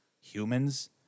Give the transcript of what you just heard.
humans